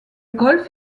golf